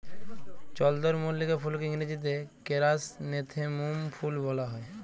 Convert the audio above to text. চলদরমল্লিকা ফুলকে ইংরাজিতে কেরাসনেথেমুম ফুল ব্যলা হ্যয়